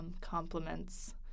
compliments